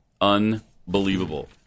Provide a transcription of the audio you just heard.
Unbelievable